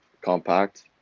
compact